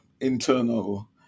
internal